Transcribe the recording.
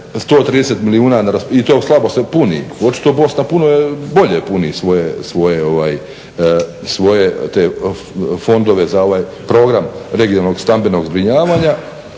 raspolaganju i to se slabo puni, očito Bosna puno bolje puni svoje te fondove za ovaj program regionalnog stambenog zbrinjavanja.